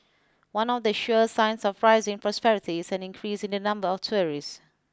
one of the sure signs of rising prosperity is an increase in the number of tourists